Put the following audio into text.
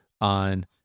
on